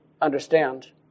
understand